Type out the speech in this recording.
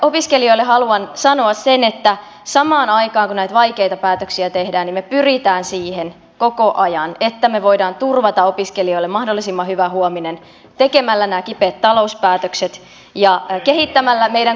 opiskelijoille haluan sanoa sen että samaan aikaan kun näitä vaikeita päätöksiä tehdään me pyrimme siihen koko ajan että me voimme turvata opiskelijoille mahdollisimman hyvän huomisen tekemällä nämä kipeät talouspäätökset ja kehittämällä meidän koulutusjärjestelmäämme